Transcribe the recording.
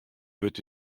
wurdt